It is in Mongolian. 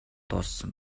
дууссан